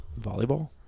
Volleyball